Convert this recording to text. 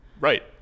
Right